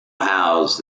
housed